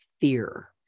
fear